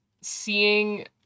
seeing